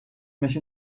mich